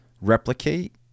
replicate